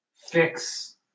fix